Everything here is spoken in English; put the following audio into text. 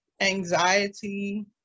anxiety